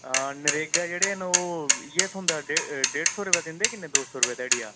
हां नरेगा जेह्ड़े न ओह् इ'यै थोह्ड़ा डेढ सौ रपेआ दिंदे के दो सो रपेआ दिंदे ध्याड़ी दा